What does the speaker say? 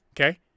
Okay